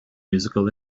musical